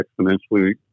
exponentially